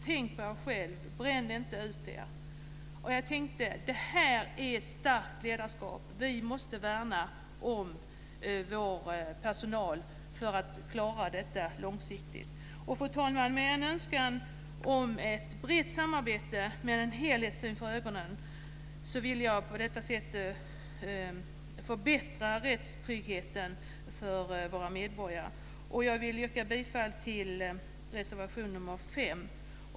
Tänk på er själva. Bränn inte ut er." Jag tänkte att det här är starkt ledarskap. Man måste värna om sin personal för att klara detta långsiktigt. Fru talman! Med en önskan om ett brett samarbete med en helhetssyn för ögonen vill jag på detta sätt förbättra rättstryggheten för våra medborgare. Jag vill yrka bifall till reservation nr 5.